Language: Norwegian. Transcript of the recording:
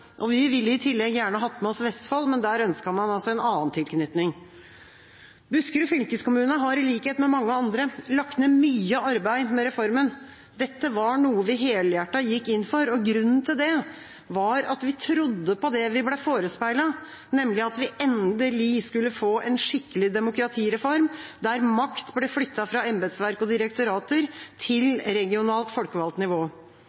motsatte. Vi ville i tillegg gjerne hatt med oss Vestfold, men der ønsket man en annen tilknytning. Buskerud fylkeskommune har i likhet med mange andre lagt ned mye arbeid med reformen. Dette var noe vi helhjertet gikk inn for. Grunnen til det var at vi trodde på det vi ble forespeilet – nemlig at vi endelig skulle få en skikkelig demokratireform, der makt ble flyttet fra embetsverk og direktorater til regionalt folkevalgt nivå.